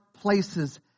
places